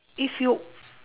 if you